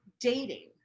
dating